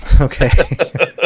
Okay